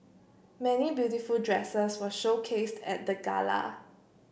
many beautiful dresses were showcased at the gala